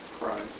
Right